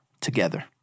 together